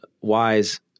WISE